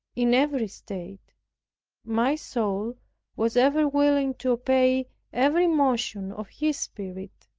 in every state my soul was ever willing to obey every motion of his spirit.